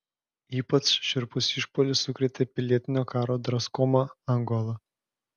ypač šiurpus išpuolis sukrėtė pilietinio karo draskomą angolą